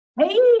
Hey